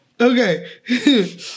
Okay